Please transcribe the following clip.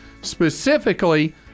specifically